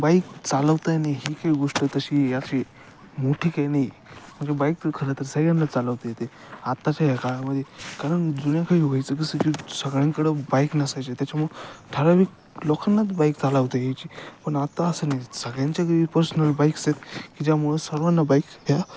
bike चालवता नाही ही काही गोष्ट तशी अशी मोठी काही नाही म्हणजे बाईक खर तर सगळ्यांना चालवता येते आत्ताच्या ह्या काळामध्ये कारण जुन्या काळी व्हायचं कीस क सगळ्यांकडं बाईक नसायचे त्याच्यामुळ ठराविक लोकांनाच बाईक चालवता यायची पण आत्ता असं नाही सगळ्यांच्या का पर्सनल बाईक्स आयेत की ज्यामुळ सर्वांना बाईक ह्या